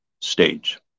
stage